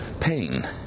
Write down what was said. pain